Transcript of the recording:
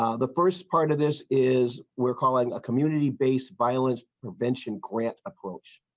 ah the first part of this is we're calling a community-based violence prevention grant approach.